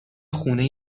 خونه